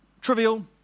trivial